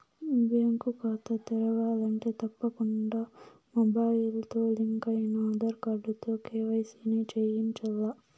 bank కాతా తెరవాలంటే తప్పకుండా మొబయిల్తో లింకయిన ఆదార్ కార్డుతో కేవైసీని చేయించాల్ల